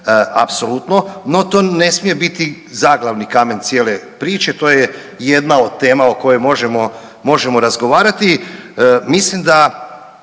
apsolutno, no to ne smije biti zaglavni kamen cijele priče, to je jedna od tema o kojoj možemo, možemo razgovarati. Mislim da